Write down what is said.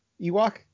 Ewok